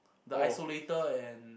the Isolator and